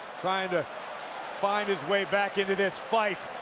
trying to find his way back into this fight.